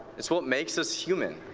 that's what makes us human.